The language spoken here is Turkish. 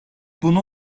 bunun